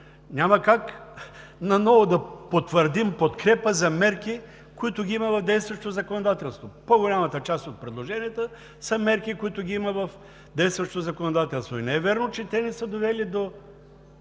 няма как наново да потвърдим подкрепа за мерки, които ги има в действащото законодателство. По-голямата част от предложенията са мерки, които ги има в действащото законодателство, и не е вярно, че те не са довели до